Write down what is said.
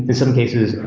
some cases,